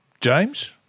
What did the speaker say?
James